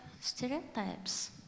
stereotypes